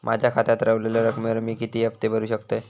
माझ्या खात्यात रव्हलेल्या रकमेवर मी किती हफ्ते भरू शकतय?